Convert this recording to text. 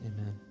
Amen